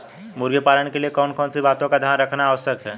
मुर्गी पालन के लिए कौन कौन सी बातों का ध्यान रखना आवश्यक है?